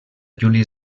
juli